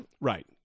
Right